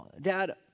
Dad